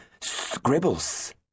scribbles